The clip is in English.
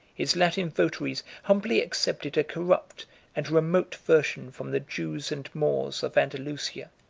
his latin votaries humbly accepted a corrupt and remote version, from the jews and moors of andalusia.